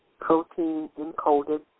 protein-encoded